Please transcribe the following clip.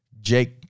Jake